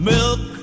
Milk